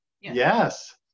Yes